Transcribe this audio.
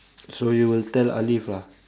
so you will tell alif lah